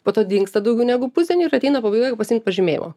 po to dingsta daugiau negu pusdienį ir ateina pabaigoje pasiimt pažymėjimo